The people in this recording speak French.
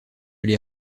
les